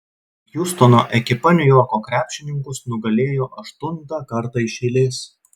hjustono ekipa niujorko krepšininkus nugalėjo aštuntą kartą iš eilės